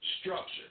structure